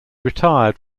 retired